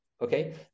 okay